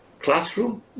classroom